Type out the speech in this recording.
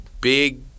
big